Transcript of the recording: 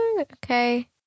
Okay